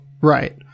Right